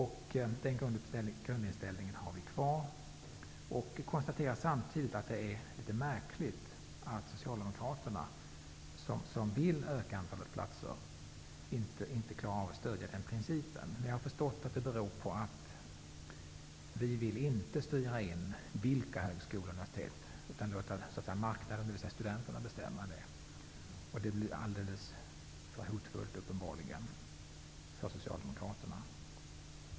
Den grundinställningen har vi kvar, samtidigt som vi konstaterar att det är litet märkligt att socialdemokraterna, som vill öka antalet platser, inte stöder den principen. Men jag har förstått att detta beror på att vi inte vill styra vilka högskolor och universitet det kan bli fråga om, utan det vill vi låta marknaden, dvs. studenterna, bestämma. Och detta blir uppenbarligen alldeles för hotfullt för socialdemokraterna. Herr talman!